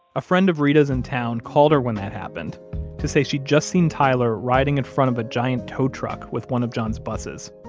a friend of reta's in town called her when that happened to say she'd just seen tyler riding in front of a giant tow truck with one of john's buses.